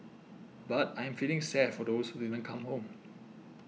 but I'm feeling sad for those who didn't come home